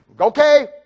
okay